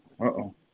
uh-oh